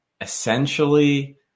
essentially